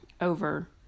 over